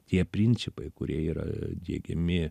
tie principai kurie yra diegiami